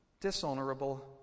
dishonorable